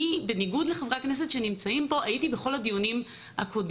בניגוד לחברי הכנסת שנמצאים פה אני הייתי בכל הדיונים הקודמים